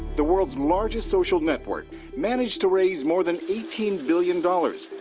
the world's largest social network managed to raise more than eighteen billion dollars,